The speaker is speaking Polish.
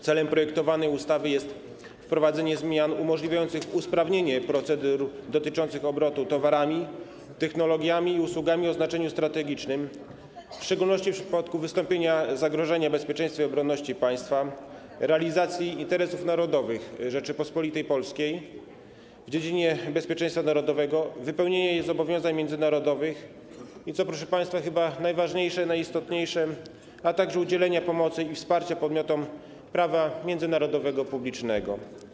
Celem projektowanej ustawy jest wprowadzenie zmian umożliwiających usprawnienie procedur dotyczących obrotu towarami, technologiami i usługami o znaczeniu strategicznym, w szczególności w przypadku wystąpienia zagrożenia bezpieczeństwa i obronności państwa, realizacji interesów narodowych Rzeczypospolitej Polskiej w dziedzinie bezpieczeństwa narodowego, wypełnienia jej zobowiązań międzynarodowych - co, proszę państwa, chyba najważniejsze, najistotniejsze - udzielania pomocy i wsparcia podmiotom prawa międzynarodowego publicznego.